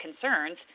concerns